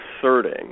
asserting